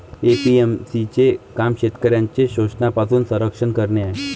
APMC चे काम शेतकऱ्यांचे शोषणापासून संरक्षण करणे आहे